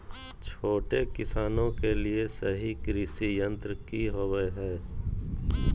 छोटे किसानों के लिए सही कृषि यंत्र कि होवय हैय?